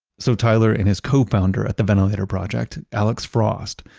so tyler and his co-founder of the ventilator project, alex frost,